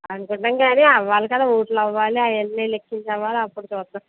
అనుకుంటాం కానీ అవ్వాలి కదా ఓట్లు అవ్వాలి అవన్నీ లెక్కించాలి అప్పుడు చూద్దాం